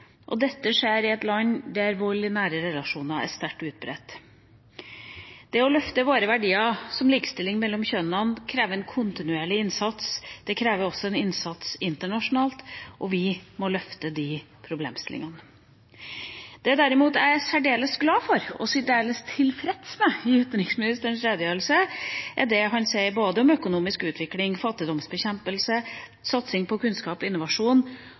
Dette skjer i et land der vold i nære relasjoner er sterkt utbredt. Det å løfte våre verdier, som likestilling mellom kjønnene, krever en kontinuerlig innsats. Det krever også en innsats internasjonalt, og vi må løfte de problemstillingene. Det jeg derimot er særdeles glad for, og særdeles tilfreds med, i utenriksministerens redegjørelse, er det han sier om økonomisk utvikling, fattigdomsbekjempelse, satsing på kunnskap og innovasjon